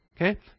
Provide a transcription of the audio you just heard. Okay